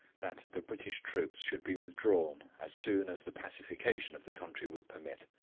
that the british troops should be withdrawn as soon as the pacification of the country would permit.